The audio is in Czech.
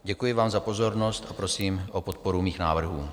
Děkuji vám za pozornost a prosím o podporu mých návrhů.